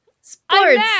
sports